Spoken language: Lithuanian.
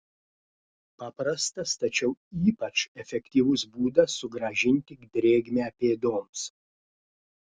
paprastas tačiau ypač efektyvus būdas sugrąžinti drėgmę pėdoms